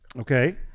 Okay